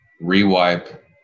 re-wipe